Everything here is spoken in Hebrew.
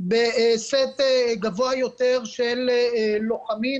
בסט גבוה יותר של לוחמים,